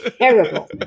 terrible